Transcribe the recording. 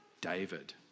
David